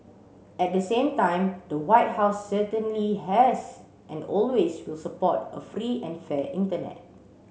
at the same time the White House certainly has and always will support a free and fair internet